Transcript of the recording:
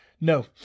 no